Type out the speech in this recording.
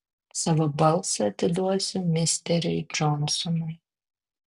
savo balsą atiduosiu misteriui džonsonui